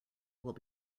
will